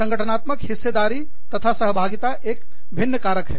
संगठनात्मक हिस्सेदारी तथा सहभागीता एक भिन्न कारक है